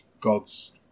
god's